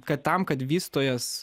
kad tam kad vystytojas